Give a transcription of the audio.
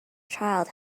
child